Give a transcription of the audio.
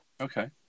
Okay